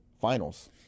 finals